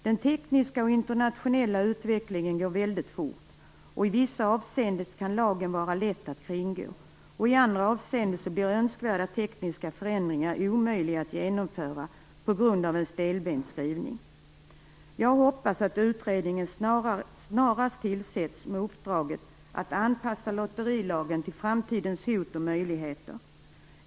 Den tekniska och internationella utvecklingen går väldigt fort. I vissa avseenden kan lagen vara lätt att kringgå, och i andra avseenden blir önskvärda tekniska förändringar omöjliga att genomföra på grund av en stelbent skrivning. Jag hoppas att utredningen snarast tillsätts med uppdraget att anpassa lotterilagen till framtidens hot och möjligheter.